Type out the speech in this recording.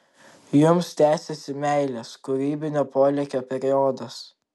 jums tęsiasi meilės kūrybinio polėkio periodas